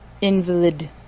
Invalid